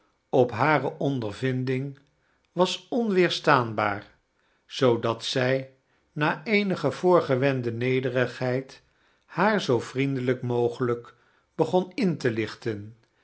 op hare ondervinding was onweerstaanbaar zoodat zij na eenige voorgewende nederigheid haar zoo vriendelijk mogelijk begon in te lichten